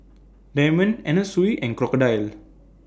Diamond Anna Sui and Crocodile